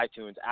iTunes